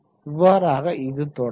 இவ்வாறாக இது தொடரும்